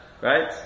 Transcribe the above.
right